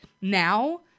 now